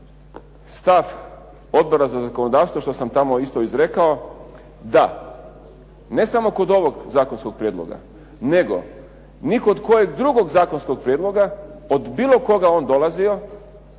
stav Odbora za zakonodavstvo što sam tamo isto izrekao da ne samo kod ovog zakonskog prijedloga nego ni kod kojeg drugog zakonskog prijedloga od bilo koga on dolazio.